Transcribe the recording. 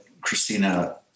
Christina